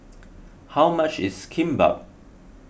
how much is Kimbap